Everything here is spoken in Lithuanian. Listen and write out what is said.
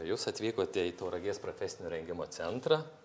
jūs atvykote į tauragės profesinio rengimo centrą